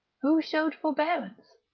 who showed forbearance?